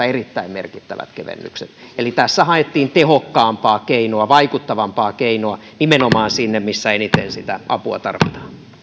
erittäin merkittävät kevennykset eli tässä haettiin tehokkaampaa keinoa vaikuttavampaa keinoa nimenomaan sinne missä eniten sitä apua tarvitaan